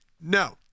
No